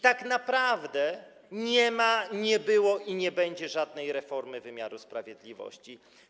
Tak naprawdę nie ma, nie było i nie będzie żadnej reformy wymiaru sprawiedliwości.